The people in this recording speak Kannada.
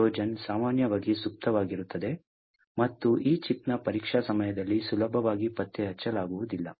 ಈ ಟ್ರೋಜನ್ ಸಾಮಾನ್ಯವಾಗಿ ಸುಪ್ತವಾಗಿರುತ್ತದೆ ಮತ್ತು ಈ ಚಿಪ್ನ ಪರೀಕ್ಷಾ ಸಮಯದಲ್ಲಿ ಸುಲಭವಾಗಿ ಪತ್ತೆಹಚ್ಚಲಾಗುವುದಿಲ್ಲ